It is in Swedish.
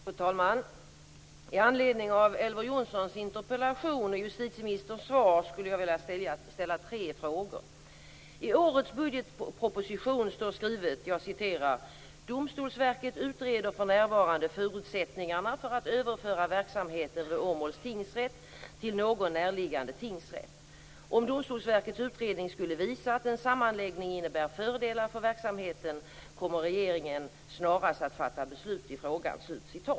Fru talman! I anledning av Elver Jonssons interpellation och justitieministerns svar skulle jag vilja ställa tre frågor. I årets budgetproposition står skrivet: "Domstolsverket utreder för närvarande förutsättningarna för att överföra verksamheten vid Åmåls tingsrätt till någon närliggande tingsrätt - Om Domstolsverkets utredning skulle visa att en sammanläggning innebär fördelar för verksamheten kommer regeringen snarast att fatta beslut i frågan."